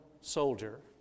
soldier